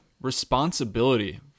responsibility